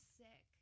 sick